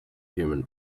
human